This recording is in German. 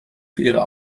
für